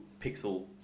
Pixel